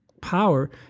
power